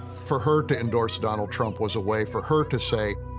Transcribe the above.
for her to endorse donald trump was a way for her to say.